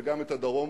וגם את הדרום,